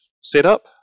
setup